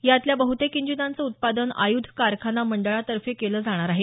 यातल्या बह्तेक इंजिनांचं उत्पादन आय्ध कारखाना मंडळातर्फे केलं जाणार आहे